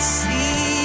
see